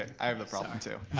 i have that problem and too.